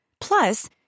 Plus